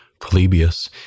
Polybius